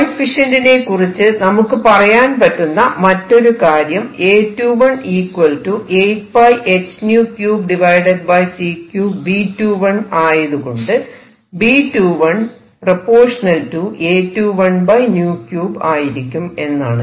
കോയെഫിഷ്യന്റിനെ കുറിച്ച് നമുക്ക് പറയാൻ പറ്റുന്ന മറ്റൊരു കാര്യം A21 8πh3c3 B21 ആയതുകൊണ്ട് B21 A213 ആയിരിക്കും എന്നതാണ്